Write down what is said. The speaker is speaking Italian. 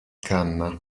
canna